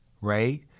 right